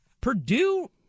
Purdue